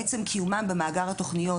עצם קיומן במאגר התוכניות,